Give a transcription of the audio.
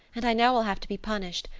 and i know i'll have to be punished.